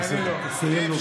תסיים.